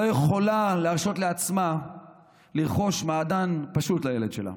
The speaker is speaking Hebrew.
יכולה להרשות לעצמה לרכוש מעדן פשוט לילד שלה,